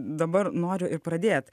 dabar noriu ir pradėt